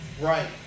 Right